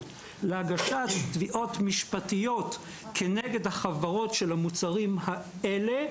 להגשת תביעות משפטיות כנגד החברות של המוצרים האלה,